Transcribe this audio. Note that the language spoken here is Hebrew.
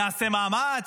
נעשה מאמץ,